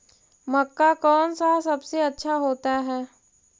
मक्का कौन सा सबसे अच्छा होता है?